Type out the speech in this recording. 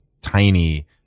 tiny